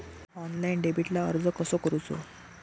Online डेबिटला अर्ज कसो करूचो?